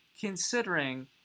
considering